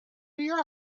your